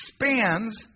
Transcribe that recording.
expands